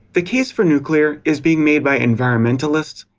the case for nuclear is being made by environmentalists,